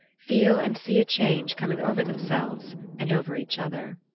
feel and see a change coming over themselves and over each other.